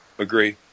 Agree